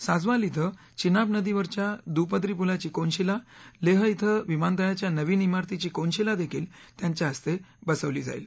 साजवाल ििं चिनाब नदीवरच्या दुपदरी पुलाची कोनशिला लेह ििं विमानतळाच्या नवीन घिारतीची कोनशिला देखील त्यांच्या हस्ते बसवली जाईल